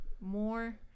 more